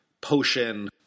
potion